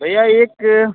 भैया एक